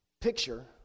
picture